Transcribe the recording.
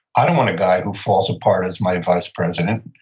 i don't want a guy who falls apart as my vice president.